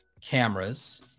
cameras